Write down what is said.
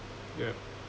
yeah